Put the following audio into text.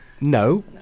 No